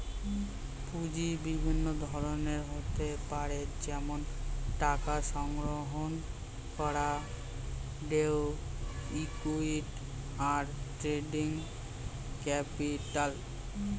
পুঁজি বিভিন্ন ধরনের হতে পারে যেমন টাকা সংগ্রহণ করা, ডেট, ইক্যুইটি, আর ট্রেডিং ক্যাপিটাল